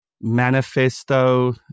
manifesto